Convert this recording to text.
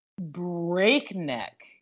breakneck